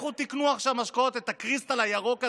לכו תקנו עכשיו משקאות, את הקריסטל הירוק הזה,